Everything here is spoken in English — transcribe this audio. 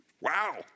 Wow